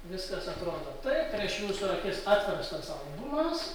viskas atrodo taip prieš jūsų akis atverstas albumas